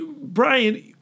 Brian